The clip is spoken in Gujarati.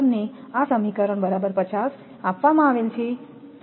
તમને આ સમીકરણ બરાબર 50 આપવામાં આવેલ છે બરાબર છે